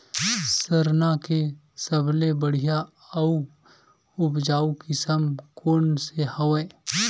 सरना के सबले बढ़िया आऊ उपजाऊ किसम कोन से हवय?